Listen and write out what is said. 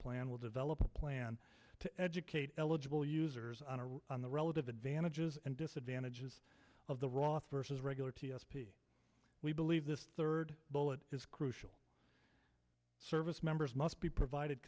plan will develop a plan to educate eligible users on the relative advantages and disadvantages of the roth vs regular t s p we believe this third bullet is crucial service members must be provided